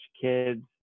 kids